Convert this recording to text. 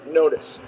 notice